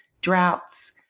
droughts